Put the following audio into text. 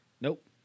Nope